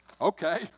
okay